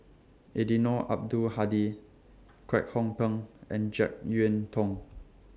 Eddino Abdul Hadi Kwek Hong Png and Jek Yeun Thong